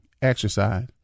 exercise